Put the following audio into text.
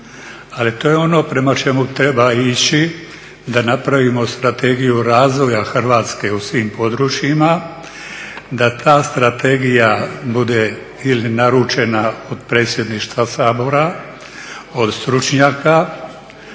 Ali to je ono prema čemu treba ići da napravimo strategiju razvoja Hrvatske u svim područjima, da ta strategija bude ili naručena od Predsjedništva Sabora, od stručnjaka,